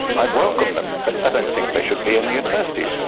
i'd welcome them, but i don't think they should be in universities.